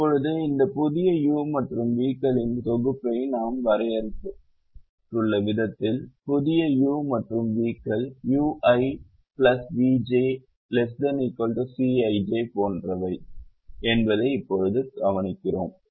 இப்போது இந்த புதிய u மற்றும் v களின் தொகுப்பை நாம் வரையறுத்துள்ள விதத்தில் புதிய u மற்றும் v கள் ui vj ≤ Cij போன்றவை என்பதை இப்போது கவனிக்கிறோம்